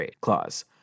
clause